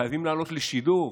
חייבים לעלות לשידור,